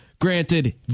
granted